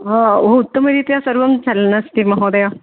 हा उत्तमरीत्या सर्वं चलन् अस्ति महोदय